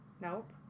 Nope